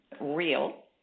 real